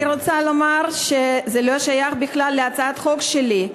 אני רוצה לומר שזה לא שייך בכלל להצעת החוק שלי,